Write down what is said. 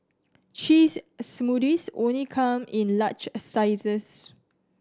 cheese smoothies only come in large sizes